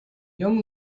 young